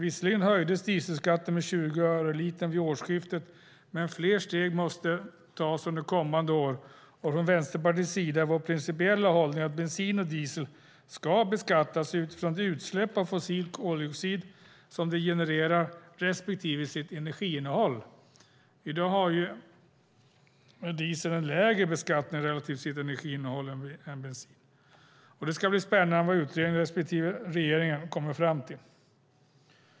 Visserligen höjdes dieselskatten med 20 öre litern vid årsskiftet, men fler steg måste tas under kommande år, och från Vänsterpartiets sida är det vår principiella hållning att bensin och diesel ska beskattas utifrån de utsläpp av fossil koldioxid som de genererar respektive sitt energiinnehåll. I dag har ju diesel en lägre beskattning relative sitt energiinnehåll än bensin har. Det ska bli spännande att se vad utredningen respektive regeringen kommer fram till.